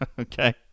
Okay